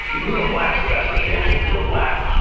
and hugo black's the best example. hugo black,